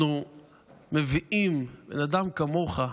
אנחנו מביאים אדם כמוך,